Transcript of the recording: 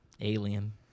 Alien